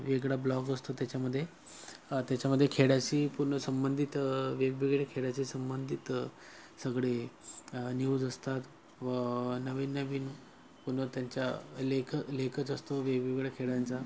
वेगळा ब्लॉग असतो त्याच्यामध्ये त्याच्यामध्ये खेळाशी पूर्ण संबंधित वेगवेगळ्या खेळाचे संबंधित सगळे न्यूज असतात व नवीन नवीन पूर्ण त्यांच्या लेख लेखच असतो वेगवेगळ्या खेळांचा